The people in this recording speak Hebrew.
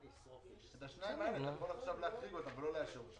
את השניים האלה אתה יכול עכשיו להחריג ולא לאשר.